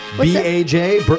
B-A-J